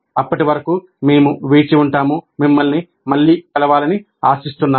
అప్పటి వరకు మేము వేచి ఉంటాము మిమ్మల్ని మళ్ళీ కలవాలని ఆశిస్తున్నాను